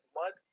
mud